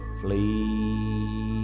flee